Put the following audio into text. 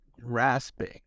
grasping